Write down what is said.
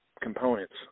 components